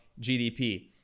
GDP